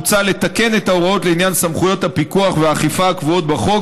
מוצע לתקן את ההוראות לעניין סמכויות הפיקוח והאכיפה הקבועות בחוק